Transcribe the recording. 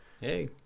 Hey